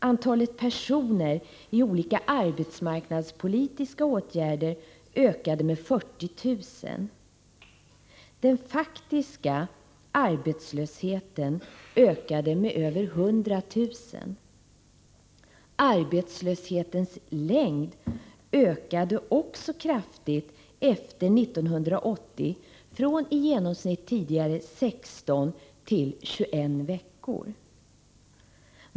Antalet personer som var föremål för olika arbetsmarknadspolitiska åtgärder ökade med 40 000. Den faktiska arbetslösheten ökade med över 100 000. Arbetslöshetens längd ökade också kraftigt efter 1980, från i genomsnitt 16 till 21 veckor.